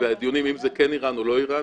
בדיונים אם זה כן איראן או לא איראן.